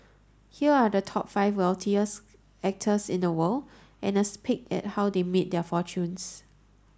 here are the top five wealthiest actors in the world and a peek at how they made their fortunes